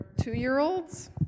two-year-olds